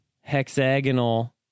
hexagonal